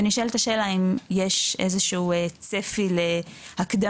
ונשאלת השאלה אם יש איזה שהוא צפי להקדמה,